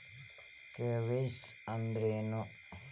KYC ಅಂದ್ರೇನು?